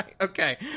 Okay